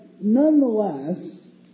nonetheless